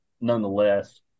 Nonetheless